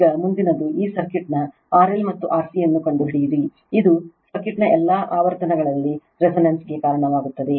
ಈಗ ಮುಂದಿನದು ಈ ಸರ್ಕ್ಯೂಟ್ ನ RL ಮತ್ತು RC ಅನ್ನು ಕಂಡುಹಿಡಿಯಿರಿ ಇದು ಸರ್ಕ್ಯೂಟ್ ಎಲ್ಲಾ ಆವರ್ತನಗಳಲ್ಲಿ ರೆಸೋನನ್ಸ್ ಗೆಕಾರಣವಾಗುತ್ತದೆ